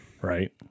Right